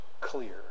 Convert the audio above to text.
clear